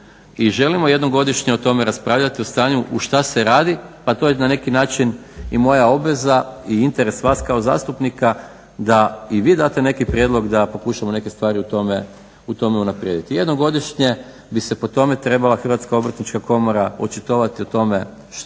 i želimo jednom godišnje o tome raspravljati. O stanju što se radi, pa to je na neki način i moja obveza i interes vas kao zastupnika da i vi date neki prijedlog da pokušamo neke stvari u tome unaprijediti. Jednom godišnje bi se po tome trebala HOK očitovati o tome na